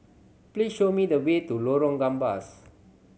please show me the way to Lorong Gambas